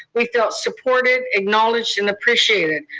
we felt supported, acknowledged, and appreciated.